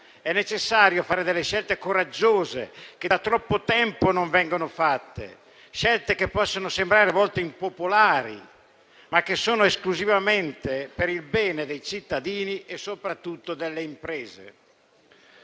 è necessario fare scelte coraggiose, che da troppo tempo non vengono fatte, scelte che possono sembrare a volte impopolari, ma che sono fatte esclusivamente per il bene dei cittadini e, soprattutto, delle imprese.